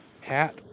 hat